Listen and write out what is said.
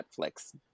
Netflix